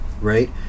right